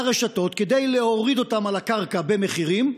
הרשתות, כדי להוריד אותם אל הקרקע במחירים,